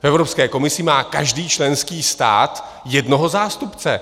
V Evropské komisi má každý členský stát jednoho zástupce.